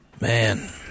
Man